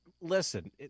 Listen